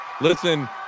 Listen